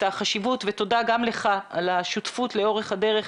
החשיבות ותודה גם לך על השותפות לאורך הדרך